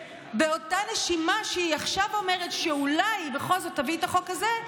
באותה נשימה שהיא עכשיו אומרת שאולי היא בכל זאת תביא את החוק הזה,